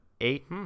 eight